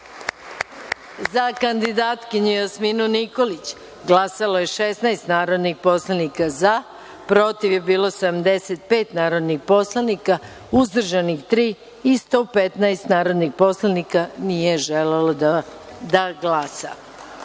kandidatkinju Jasminu Nikolić glasalo je 16 narodnih poslanika za, protiv je bilo 75 narodnih poslanika, uzdržanih tri i 115 narodnih poslanika nije želelo da glasa. Pošto